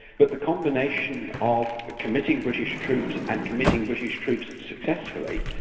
but the combination of committing british troops and committing british troops successfully,